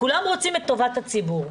כולם רוצים את טובת הציבור.